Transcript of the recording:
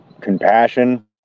compassion